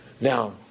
Now